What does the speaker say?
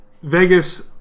Vegas